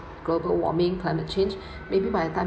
global warming climate change maybe by the time